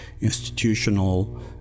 institutional